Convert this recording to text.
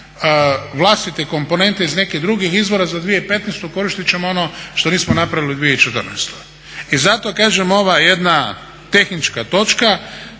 vlastite komponente iz nekih drugih izvora za 2015. koristit ćemo ono što nismo napravili 2014. I zato kažem ova jedna tehnička točka